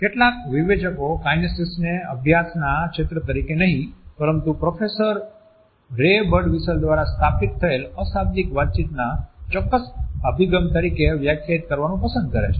કેટલાક વિવેચકો કાઈનેસીક્સને અભ્યાસના ક્ષેત્ર તરીકે નહીં પરંતુ પ્રોફેસર બર્ડવિસ્ટેલ દ્વારા સ્થાપિત થયેલ અશાબ્દિક વાતચીતના ચોક્કસ અભિગમ તરીકે વ્યાખ્યાયિત કરવાનું પસંદ કરે છે